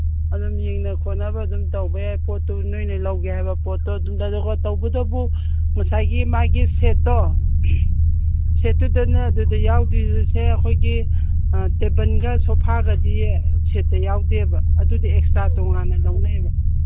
ꯑꯗꯨꯝ ꯌꯦꯡꯅ ꯈꯣꯠꯄ ꯑꯗꯨꯝ ꯇꯧꯕ ꯌꯥꯏ ꯄꯣꯠꯇꯨ ꯅꯣꯏꯅ ꯂꯧꯒꯦ ꯍꯥꯏꯕ ꯄꯣꯠꯇꯨ ꯇꯧꯕꯗꯕꯨ ꯉꯁꯥꯏꯒꯤ ꯃꯥꯒꯤ ꯁꯦꯠꯇꯣ ꯁꯦꯠꯇꯨꯗꯅꯦ ꯑꯗꯨꯗ ꯌꯥꯎꯗꯕꯁꯦ ꯑꯩꯈꯣꯏꯒꯤ ꯇꯦꯕꯜꯒ ꯁꯣꯐꯥꯒꯗꯤ ꯁꯦꯠꯇ ꯌꯥꯎꯗꯦꯕ ꯑꯗꯨꯗꯤ ꯑꯦꯛꯁꯇ꯭ꯔꯥ ꯇꯣꯉꯥꯟꯅ ꯂꯧꯅꯩꯌꯦꯕ